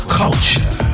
culture